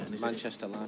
Manchester